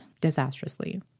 disastrously